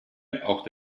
auch